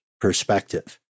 perspective